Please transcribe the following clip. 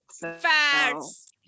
Facts